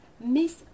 Miss